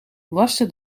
waste